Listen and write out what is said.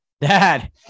Dad